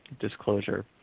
disclosure